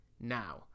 Now